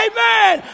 Amen